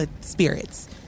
spirits